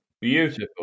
beautiful